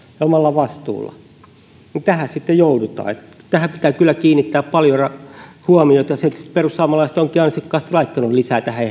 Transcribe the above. ja omalla vastuulla tähän sitten joudutaan tähän pitää kyllä kiinnittää paljon huomiota siksi perussuomalaiset ovatkin ansiokkaasti laittaneet lisää tähän